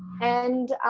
and